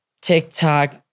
TikTok